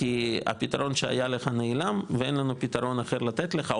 כי הפתרון שהיה לך נעלם ואין לנו פתרון אחר לתת לך,